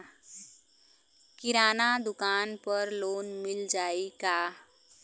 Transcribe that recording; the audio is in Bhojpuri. किराना दुकान पर लोन मिल जाई का?